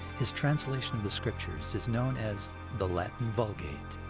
his translation of the scriptures is known as the latin vulgate.